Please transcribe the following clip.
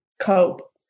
cope